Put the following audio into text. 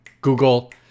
Google